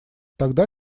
тогда